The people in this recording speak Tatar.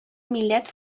милләт